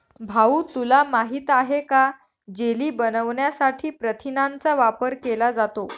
भाऊ तुला माहित आहे का जेली बनवण्यासाठी प्रथिनांचा वापर केला जातो